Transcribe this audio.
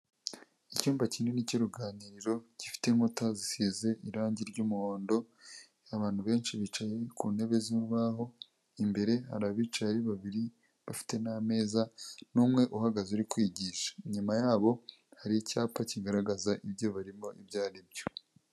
Icyumba kinini cy'uruganiriro gifite inkuta zisize irangi ry'umuhondo, abantu benshi bicaye ku ntebe z'urubaho, imbere hari abicayeyi babiri bafite n'amezaza n'umwe uhagaze uri kwigisha, inyuma yabo hari icyapa kigaragaza ibyo barimo ibyo ari byo.